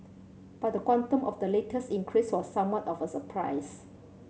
but the quantum of the latest increase was somewhat of a surprise